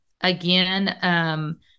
Again